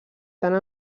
tant